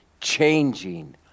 changing